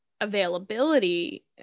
availability